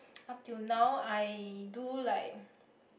up till now I do like